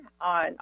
on